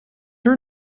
her